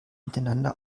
miteinander